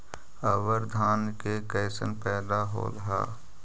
अबर धान के कैसन पैदा होल हा?